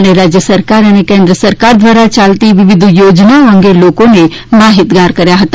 અને રાજ્ય સરકાર અને કેન્દ્ર સરકાર દ્વારા યાલતી વિવિધ યોજનાઓ અંગે લોકોને માહીતગાર કર્યા હતા